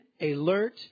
alert